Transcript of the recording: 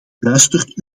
luistert